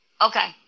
Okay